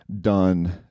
done